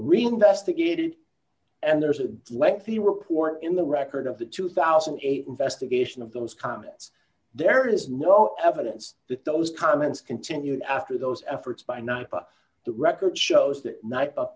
reinvestigated and there's a lengthy report in the record of the two thousand and eight investigation of those comments there is no evidence that those comments continue after those efforts by not by the record shows that